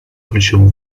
ключевым